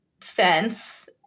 fence